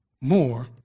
more